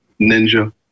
Ninja